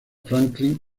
franklin